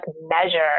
measure